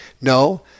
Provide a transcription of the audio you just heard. No